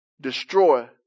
destroy